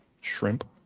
shrimp